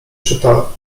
czyta